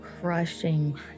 crushing